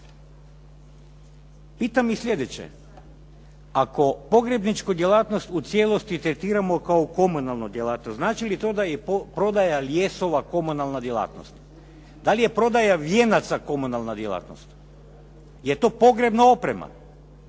Pitam i sljedeće. Ako pogrebničku djelatnost u cijelosti tretiramo kao komunalnu djelatnost, znači li to da je prodaja ljesova komunalna djelatnost? Da li je prodaja vijenaca komunalna djelatnost? Jer je to pogrebna oprema.